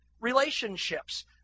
relationships